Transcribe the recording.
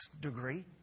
degree